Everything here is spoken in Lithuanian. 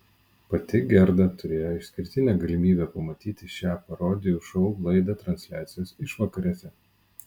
pati gerda turėjo išskirtinę galimybę pamatyti šią parodijų šou laidą transliacijos išvakarėse